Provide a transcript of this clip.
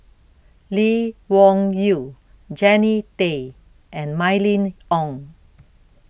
Lee Wung Yew Jannie Tay and Mylene Ong